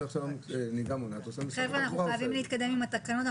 אנחנו חייבים להתקדם עם התקנות.